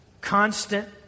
constant